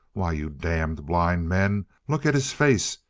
why, you damned blind men, look at his face!